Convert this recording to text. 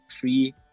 three